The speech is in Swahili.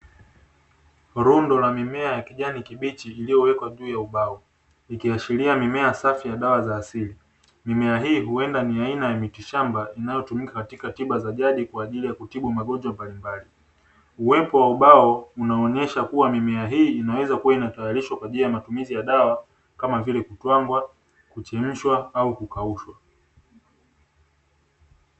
Rundo la mimea ya kijani kibichi iliyowekwa juu ya ubao, ikiashiria mimea safi ya dawa za asili. Mimea hii huenda ni aina ya mitishamba inayotumika katika tiba za jadi kwa ajili ya kutibu magonjwa mbalimbali. Uwepo wa ubao unaonyesha kuwa mimea hii inaweza kuwa inatayarishwa kwa ajili ya matumizi ya dawa, kama vile; kutwangwa, kuchemshwa au kukaushwa.